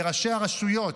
לראשי הרשויות,